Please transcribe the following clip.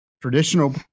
Traditional